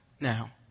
now